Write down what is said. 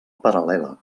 paral·lela